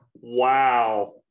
Wow